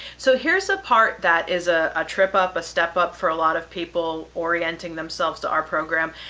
so here's a part that is a a trip up, a step up for a lot of people orienting themselves to our program.